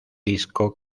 disco